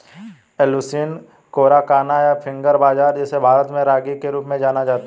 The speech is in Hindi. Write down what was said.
एलुसीन कोराकाना, या फिंगर बाजरा, जिसे भारत में रागी के रूप में जाना जाता है